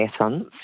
essence